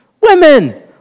women